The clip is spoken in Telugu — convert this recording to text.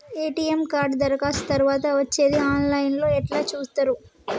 ఎ.టి.ఎమ్ కార్డు దరఖాస్తు తరువాత వచ్చేది ఆన్ లైన్ లో ఎట్ల చూత్తరు?